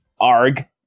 Arg